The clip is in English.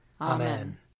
Amen